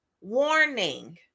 warning